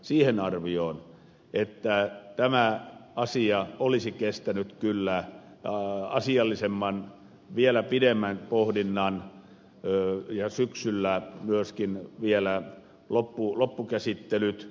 tuomiojan arvioon että tämä asia olisi kestänyt kyllä asiallisemman vielä pidemmän pohdinnan ja syksyllä myöskin vielä loppukäsittelyt